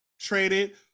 traded